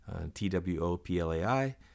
twoplai